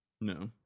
No